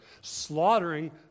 slaughtering